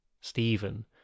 Stephen